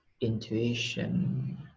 intuition